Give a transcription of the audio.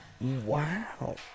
wow